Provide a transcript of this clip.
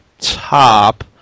top